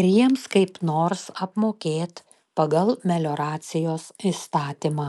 ir jiems kaip nors apmokėt pagal melioracijos įstatymą